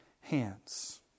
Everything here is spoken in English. hands